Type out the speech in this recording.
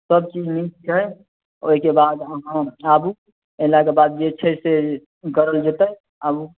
सभचीज नीक छै ओहिके बाद अहाँ आबू एलाके बाद जे छै से ई कयल जेतै आबू